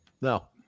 No